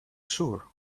sure